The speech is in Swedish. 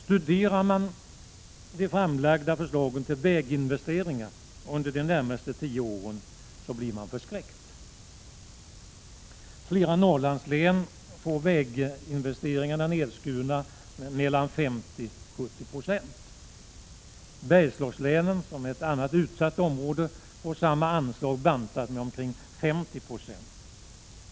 Studerar man de framlagda förslagen till väginvesteringar för de närmaste tio åren blir man förskräckt. Flera Norrlandslän får väginvesteringarna nedskurna med 50-70 26. Bergslagslänen, som är ett annat utsatt område, får samma anslag bantat med omkring 50 26.